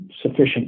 sufficient